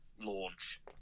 launch